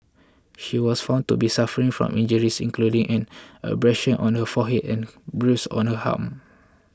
she was found to be suffering from injuries including an abrasion on her forehead and a bruise on her arm